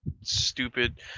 stupid